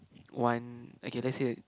one okay let's say